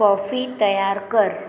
coffee तयार कर